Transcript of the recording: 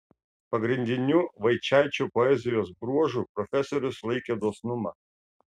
pagrindiniu vaičaičio poezijos bruožu profesorius laikė dosnumą